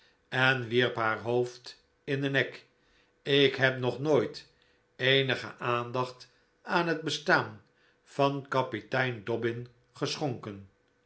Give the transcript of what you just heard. en wierp haar hoofd in den nek ik heb nog nooit eenige aandacht aan het bestaan van kapitein dobbin geschonken